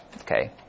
Okay